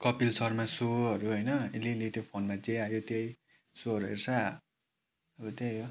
कपिल शर्मा सोहरू होइन अलिअलि त्यो फोनमा जे आयो त्यही सोहरू हेर्छ अब त्यही हो